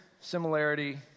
similarity